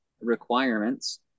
requirements